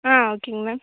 ஆ ஓகேங்க மேம்